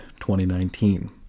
2019